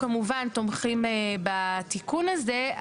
כמובן, תומכים בתיקון הזה.